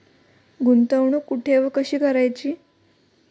गुंतवणूक कुठे व कशी करायची?